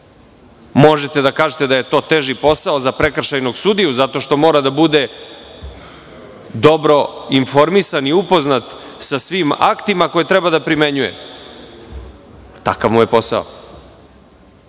Možete da kažete da je to teži posao za prekršajnog sudiju, zato što mora da bude dobro informisan i upoznat sa svim aktima koje treba da primenjuje. Takav mu je posao.